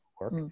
work